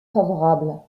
favorables